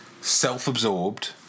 self-absorbed